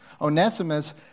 Onesimus